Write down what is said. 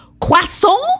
Croissant